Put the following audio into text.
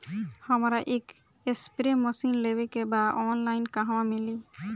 हमरा एक spray machine लेवे के बा ऑनलाइन कहवा मिली?